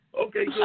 Okay